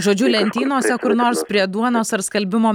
žodžiu lentynos kur nors prie duonos ar skalbimo